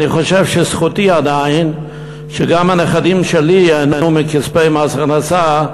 אני חושב שזכותי עדיין שגם הנכדים שלי ייהנו מכספי מס הכנסה,